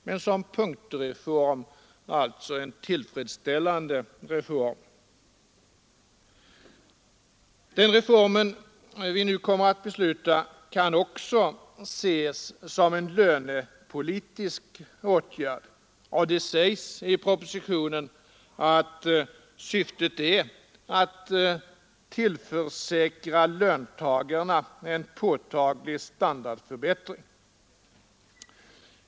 Men som punktreform är detta alltså en tillfredsställande reform. Den reform vi nu kommer att besluta kan också ses som en lönepolitisk åtgärd. Det sägs i propositionen att syftet är att ”tillförsäkra löntagarna en påtaglig standardförbättring”.